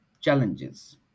challenges